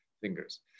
fingers